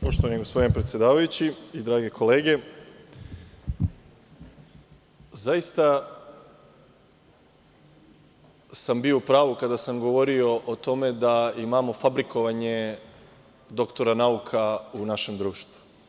Poštovani gospodine predsedavajući i drage kolege, zaista sam bio u pravu kada sam govorio o tome da imamo fabrikovanje doktora nauka u našem društvu.